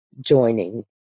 joining